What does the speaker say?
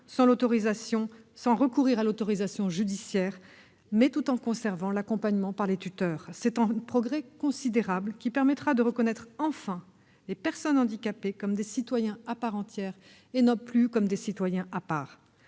sans devoir recourir à l'autorisation judiciaire, tout en conservant l'accompagnement par les tuteurs. C'est un progrès considérable qui permettra de reconnaître enfin les personnes handicapées comme des citoyens à part entière, et non plus comme des citoyens à part.